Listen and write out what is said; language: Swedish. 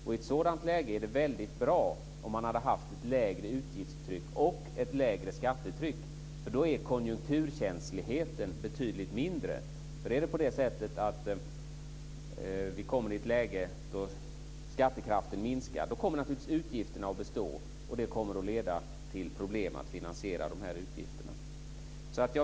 I ett sådant läge skulle det vara bra om man hade haft ett lägre utgiftstryck och ett lägre skattetryck. Då blir konjunkturkänsligheten betydligt mindre. Om vi kommer i ett läge där skattekraften minskar kommer utgifterna att bestå. Det kommer att leda till problem med att finansiera utgifterna.